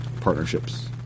partnerships